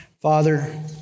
Father